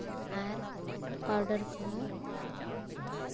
ᱟᱨ powder ᱠᱚᱦᱚᱸ